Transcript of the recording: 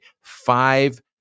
five